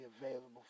available